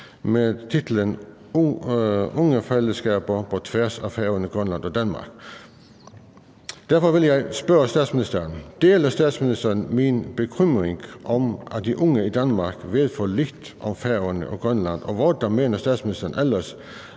med titlen »Ungefællesskaber på tværs af Færøerne, Grønland og Danmark« , og derfor vil jeg spørge statsministeren: Deler statsministeren min bekymring om, at de unge i Danmark ved for lidt om Færøerne og Grønland, og hvordan mener statsministeren ellers